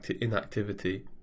inactivity